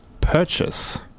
purchase